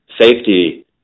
safety